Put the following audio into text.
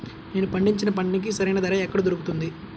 నేను పండించిన పంటకి సరైన ధర ఎక్కడ దొరుకుతుంది?